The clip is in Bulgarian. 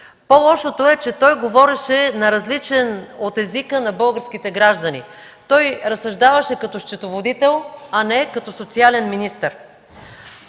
По-лошото е, че той говореше на език, различен от езика на българските граждани, разсъждаваше като счетоводител, а не като социален министър.